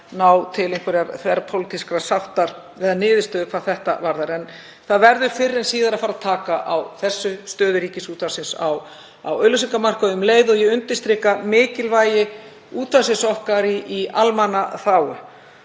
að ná einhverri þverpólitískri sátt eða niðurstöðu hvað það varðar. Það verður fyrr en síðar að fara að taka á þessu, stöðu Ríkisútvarpsins á auglýsingamarkaði, um leið og ég undirstrika mikilvægi útvarpsins okkar í almannaþágu.